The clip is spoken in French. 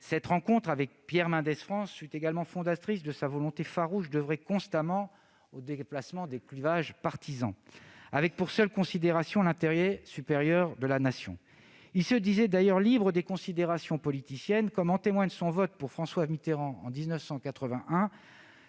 Cette rencontre avec Pierre Mendès France fut également fondatrice de sa volonté farouche d'oeuvrer constamment au dépassement des clivages partisans, avec pour seule considération l'intérêt supérieur de la Nation. Il se disait d'ailleurs libre des considérations politiciennes, comme en témoigne son vote pour François Mitterrand en 1981,